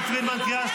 תודה רבה.